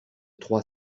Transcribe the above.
trois